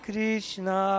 Krishna